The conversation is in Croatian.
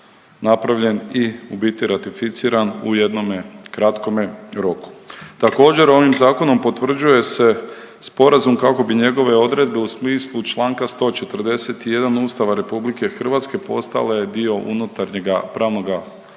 napravljen i u biti ratificiran u jednome kratkome roku. Također ovim zakonom potvrđuje se sporazum kako bi njegove odredbe u smislu članka 141. Ustava Republike Hrvatske postale dio unutarnjega pravnoga